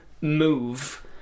move